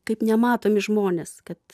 kaip nematomi žmonės kad